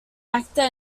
actor